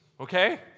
okay